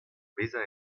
bezañ